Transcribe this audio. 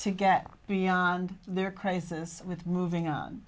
to get beyond their crisis with moving on